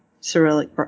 Cyrillic